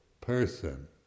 person